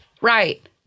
Right